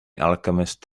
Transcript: alchemist